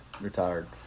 Retired